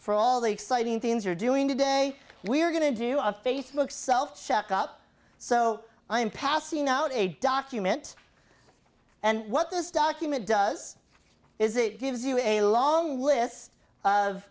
for all the exciting things are doing today we're going to do a facebook self check up so i am passing out a document and what this document does is it gives you a long list of